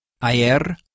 Ayer